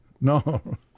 No